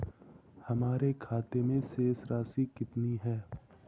हमारे खाते में शेष राशि कितनी बची है?